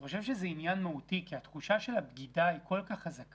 אני חושב שזה עניין מהותי כי התחושה של הבגידה היא כל כך חזקה.